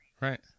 right